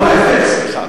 לא, ההיפך.